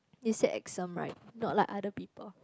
right not like other people